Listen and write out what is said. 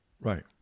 Right